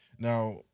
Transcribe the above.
Now